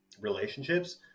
relationships